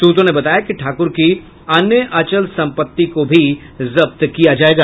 सूत्रों ने बताया कि ठाकुर की अन्य अचल संपत्ति को भी जब्त किया जायेगा